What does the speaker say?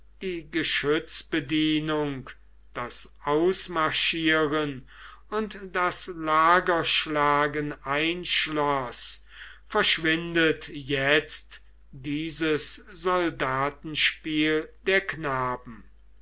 die geschützbedienung das ausmarschieren und das lagerschlagen einschloß verschwindet jetzt dieses soldatenspiel der knaben